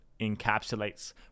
encapsulates